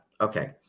Okay